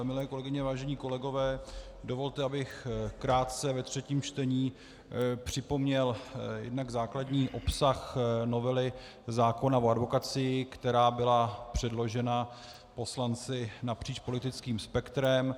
Milé kolegyně, vážení kolegové, dovolte, abych krátce ve třetím čtení připomněl jednak základní obsah novely zákona o advokacii, která byla předložena poslanci napříč politickým spektrem.